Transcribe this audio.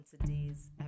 today's